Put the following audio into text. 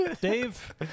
Dave